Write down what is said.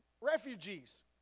refugees